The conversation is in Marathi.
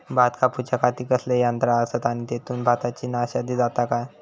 भात कापूच्या खाती कसले यांत्रा आसत आणि तेतुत भाताची नाशादी जाता काय?